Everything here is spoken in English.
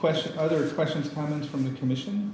question other questions comments from the commission